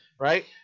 Right